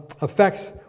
affects